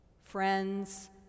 friends